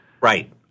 Right